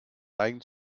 neigen